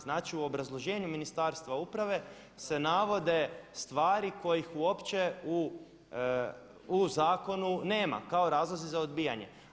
Znači u obrazloženju Ministarstva uprave se navode stvari kojih uopće u zakonu nema kao razlozi za odbijanje.